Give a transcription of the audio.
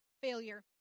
failure